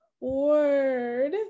word